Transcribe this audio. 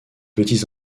petit